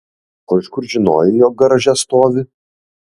o iš kur žinojai jog garaže stovi